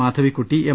Madhavikutty M